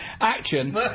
Action